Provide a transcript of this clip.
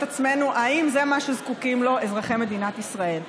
עצמנו אם זה מה שזקוקים לו אזרחי מדינת ישראל,